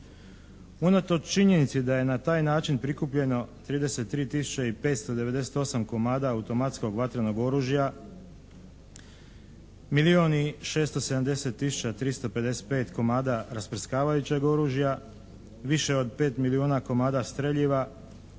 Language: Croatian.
Unatoč činjenici da je na taj način prikupljeno 33 tisuće 598 komada automatskog vatrenog oružja milijun i 670 tisuća 355 komada rasprskavajućeg oružja, više od 5 milijuna komada streljiva